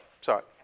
sorry